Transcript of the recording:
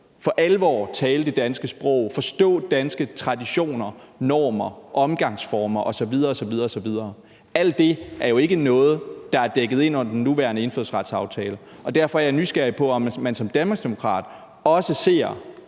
for alvor tale det danske sprog, forstå danske traditioner, normer, omgangsformer osv. osv. Alt det er jo ikke noget, der er dækket ind under den nuværende indfødsretsaftale, og derfor er jeg nysgerrig på, om man som danmarksdemokrat også ser,